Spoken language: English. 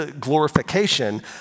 glorification